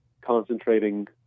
concentrating